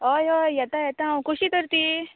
होय होय येता येता हांव कशी तर ती